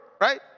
right